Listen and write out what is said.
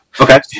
Okay